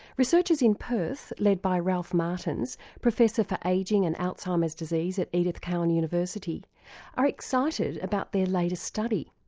researchers in perth led by ralph martins, professor for ageing and alzheimer's disease at edith cowan university are excited about their latest study.